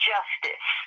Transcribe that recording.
Justice